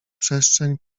przestrzeń